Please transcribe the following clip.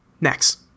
Next